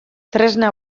tresna